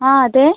ആ അതെ